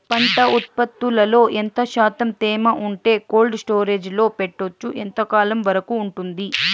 పంట ఉత్పత్తులలో ఎంత శాతం తేమ ఉంటే కోల్డ్ స్టోరేజ్ లో పెట్టొచ్చు? ఎంతకాలం వరకు ఉంటుంది